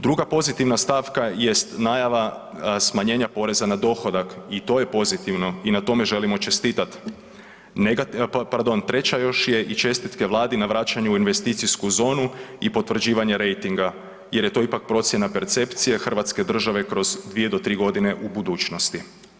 Druga pozitivna stavka jest najava smanjenja poreza na dohodak i to je pozitivno i na tome želimo čestitat, negativna, pardon treća još je i čestitke Vladi na vraćanju u investicijsku zonu i potvrđivanje rejtinga jer je to ipak procjena percepcije Hrvatske države kroz 2 do 3 godine u budućnosti.